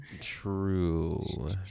true